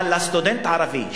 אבל הסטודנט הערבי,